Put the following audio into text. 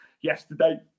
yesterday